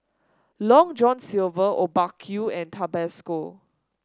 Long John Silver Obaku and Tabasco